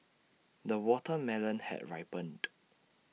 the watermelon has ripened